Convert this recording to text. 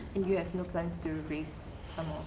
yeah no plans to raise some